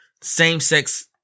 same-sex